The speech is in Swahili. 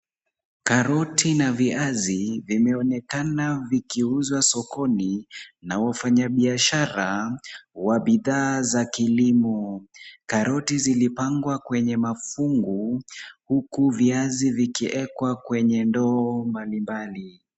Karoti na viazi vimeonekana vikiuzwa sokoni na wafanyabiashara wa bidhaa za kilimo. Karoti zilipangwa kwenye mafungu huku viazi vikiekwa kwenye ndoo mbalimbali.